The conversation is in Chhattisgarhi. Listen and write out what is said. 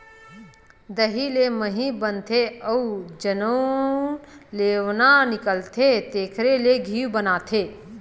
दही ले मही बनथे अउ जउन लेवना निकलथे तेखरे ले घींव बनाथे